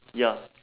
ya